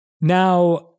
Now